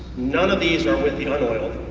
none of these are with the unoiled.